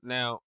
Now